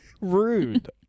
rude